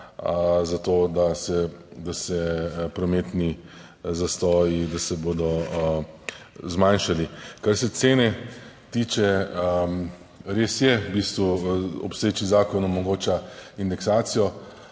za to, da se prometni zastoji, da se bodo zmanjšali. Kar se cene tiče. Res je, v bistvu obstoječi zakon omogoča indeksacijo,